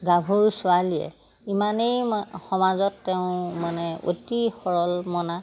গাভৰু ছোৱালীয়ে ইমানেই সমাজত তেওঁ মানে অতি সৰলমনা